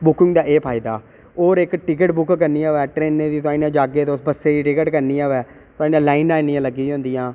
booking दा एह् फायदा होर इक टिक्ट बुक करना होए ट्रेनैं दी जागे तुस बस्सै दी टिकट घट्ट करनी होऐ लाइनां इन्नियां लग्गी दियां होंदियां